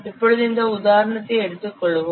இப்பொழுது இந்த உதாரணத்தை எடுத்துக் கொள்வோம்